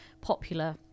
popular